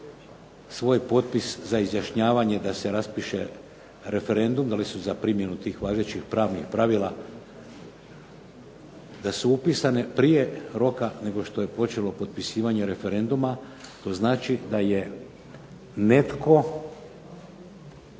svoj potpis za izjašnjavanje da se raspiše referendum da li su za primjenu tih važećih pravnih pravila, da su upisane prije roka nego što je počelo potpisivanje referenduma to znači da je netko